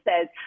says